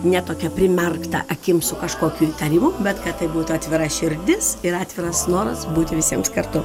ne tokia primerkta akim su kažkokiu įtarimu bet kad tai būtų atvira širdis ir atviras noras būti visiems kartu